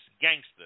gangster